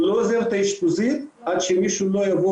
הוא לא עוזב את האשפוזית עד שמישהו לא יבוא